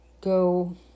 go